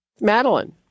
Madeline